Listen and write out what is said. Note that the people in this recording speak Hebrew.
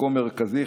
מקום מרכזי,